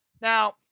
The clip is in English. Now